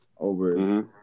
over